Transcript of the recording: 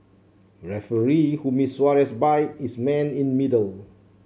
referee who missed Suarez bite is man in middle